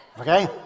Okay